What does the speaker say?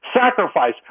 sacrifice